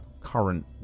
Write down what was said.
current